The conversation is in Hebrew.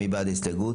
מי בעד קבלת ההסתייגות?